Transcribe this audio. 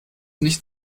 nicht